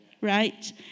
right